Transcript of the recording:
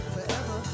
Forever